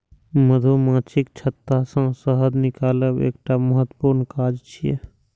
मधुमाछीक छत्ता सं शहद निकालब एकटा महत्वपूर्ण काज छियै